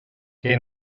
que